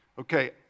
Okay